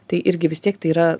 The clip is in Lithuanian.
tai irgi vis tiek tai yra